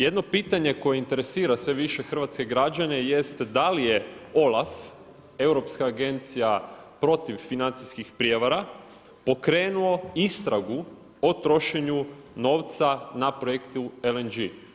Jedno pitanje koje interesira sve više hrvatske građane, jest da li je OLAF Europska agencija protiv financijskih prijevara pokrenuo istragu o trošenju novca na projektu LNG?